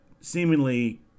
seemingly